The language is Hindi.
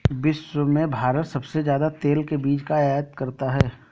विश्व में भारत सबसे ज्यादा तेल के बीज का आयत करता है